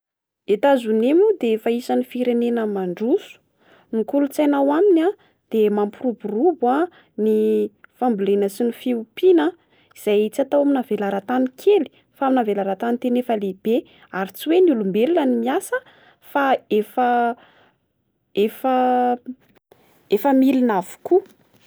États-Unis moa de efa isan'ny firenena mandroso. Ny kolontsaina ao aminy a, dia mampiroborobo ny ny fambolena sy ny fiompiana izay tsy atao amina velaran-tany kely, fa amin'ny velaran-tany tena efa lehibe. Ary tsy hoe ny olombelona no miasa fa efa efa efa milina avokoa.